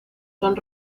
son